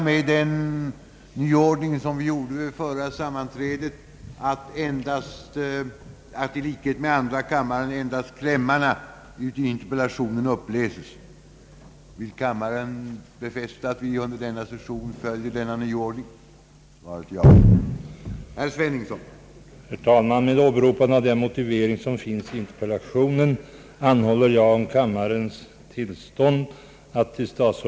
Den ökade användningen av slaghack har ånyo aktualiserat frågan om tomglasen i naturen. Under vintern har från flera håll rapporterats skador hos nötkreatur, uppkomna genom glassplitter i fodret, oftast ledande till att djuren måste nödslaktas.